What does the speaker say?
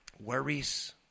worries